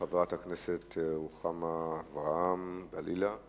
חברת הכנסת רוחמה אברהם-בלילא.